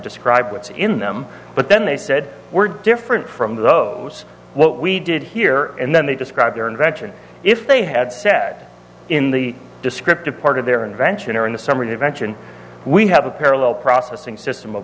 describe what's in them but then they said we're different from those what we did here and then they describe their invention if they had sat in the descriptive part of their invention or in the summer an invention we have a parallel processing system